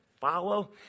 Follow